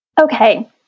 okay